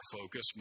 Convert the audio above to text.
focus